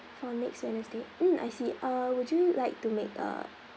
for next wednesday mm I see uh would you like to make a